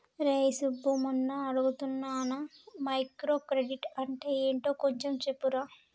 రేయ్ సబ్బు మొన్న అడుగుతున్నానా మైక్రో క్రెడిట్ అంటే ఏంటో కొంచెం చెప్పరా